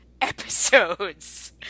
episodes